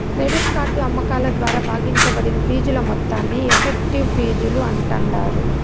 credit card అమ్మకాల ద్వారా భాగించబడిన ఫీజుల మొత్తాన్ని ఎఫెక్టివ్ ఫీజులు అంటాండారు